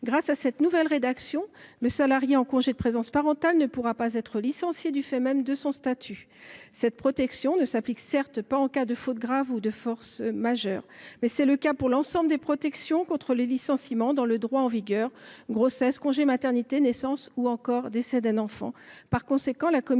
Grâce à cette nouvelle rédaction, le salarié en congé de présence parentale ne pourra pas être licencié du fait même de son statut. Cette protection ne s’applique certes pas en cas de faute grave ou de force majeure. Mais c’est ainsi pour l’ensemble des protections contre le licenciement dans le droit en vigueur, qu’il s’agisse d’une grossesse, d’un congé maternité, d’une naissance ou encore du décès d’un enfant.